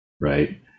right